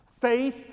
Faith